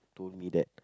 told me that